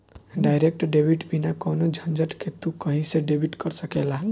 direct debit बिना कवनो झंझट के तू कही से डेबिट कर सकेला